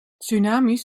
tsunami’s